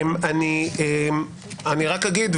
אני רק אגיד,